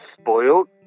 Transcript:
spoiled